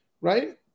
Right